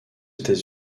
états